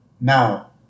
Now